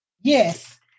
Yes